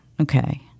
Okay